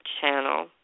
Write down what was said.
channel